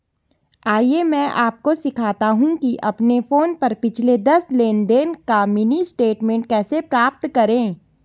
आइए मैं आपको सिखाता हूं कि अपने फोन पर पिछले दस लेनदेन का मिनी स्टेटमेंट कैसे प्राप्त करें